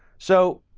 so,